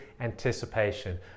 anticipation